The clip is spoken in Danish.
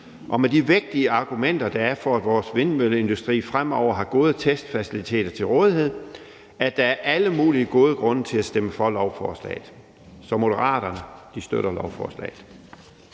og med de vægtige argumenter, der er for, at vores vindmølleindustri fremover har gode testfaciliteter til rådighed, er alle mulige gode grunde til at stemme for lovforslaget. Så Moderaterne støtter lovforslaget.